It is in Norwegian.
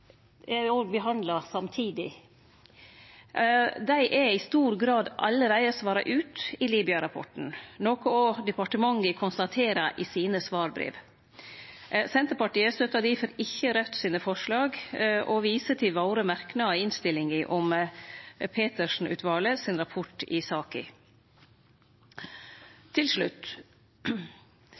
òg behandla samtidig. Dei er i stor grad allereie svara på i Libya-rapporten, noko òg departementet konstaterer i svarbreva. Senterpartiet støttar difor ikkje forslaga frå Raudt og viser til merknadene våre i innstillinga om Petersen-utvalet sin rapport i saka. Til slutt: